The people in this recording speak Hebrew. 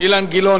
אילן גילאון,